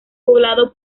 poblado